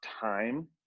time